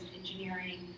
engineering